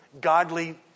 godly